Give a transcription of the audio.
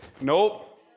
Nope